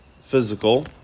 physical